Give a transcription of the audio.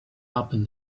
open